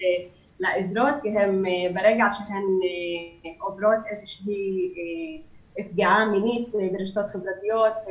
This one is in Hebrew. לעזרה כי ברגע שהן עוברות איזושהי פגיעה מינית ברשתות החברתיות,